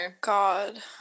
God